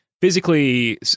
physically